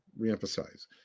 reemphasize